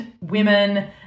women